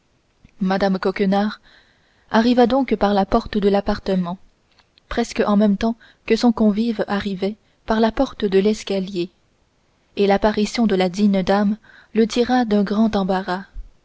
mme coquenard arriva donc par la porte de l'appartement presque en même temps que son convive arrivait par la porte de l'escalier et l'apparition de la digne dame le tira d'un grand embarras